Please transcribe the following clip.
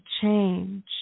change